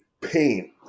pain